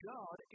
God